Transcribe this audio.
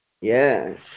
Yes